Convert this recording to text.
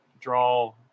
draw